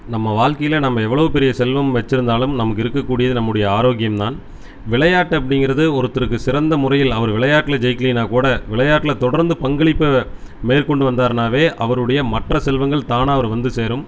நம்ம வாழ்க்கையில் நம்ம எவ்வளோ பெரிய செல்வம் வச்சுருந்தாலும் நமக்கு இருக்கக்கூடியது நம்முடைய ஆரோக்கியம் தான் விளையாட்டு அப்படிங்குறது ஒருத்தருக்கு சிறந்த முறையில் அவர் விளையாட்டில் ஜெய்க்கலினா கூட விளையாட்டில் தொடர்ந்து பங்களிப்பை மேற்கொண்டு வந்தாருனாவே அவருடைய மற்ற செல்வங்கள் தானாக அவரை வந்து சேரும்